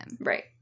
Right